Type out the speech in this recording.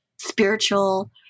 spiritual